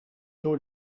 door